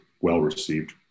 well-received